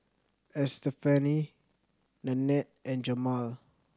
Estefany Nannette and Jamaal